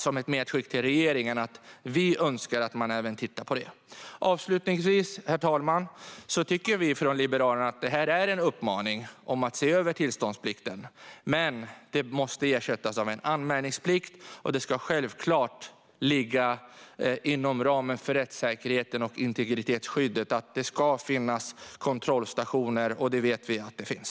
Som ett medskick till regeringen önskar vi att man även tittar på detta. Herr talman! Avslutningsvis tycker vi från Liberalerna att det här är en uppmaning om att se över tillståndsplikten. Den måste ersättas av en anmälningsplikt och det ska självklart ligga inom ramen för rättssäkerheten och integritetsskyddet. Det ska finnas kontrollstationer, och det vet vi att det finns.